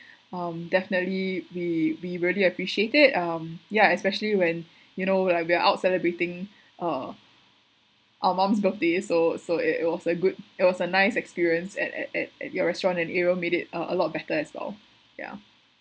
um definitely we we really appreciate it um yeah especially when you know we're like we're out celebrating uh our mom's birthday so so it it was a good it was a nice experience at at at at your restaurant and ariel made it uh a lot better as well ya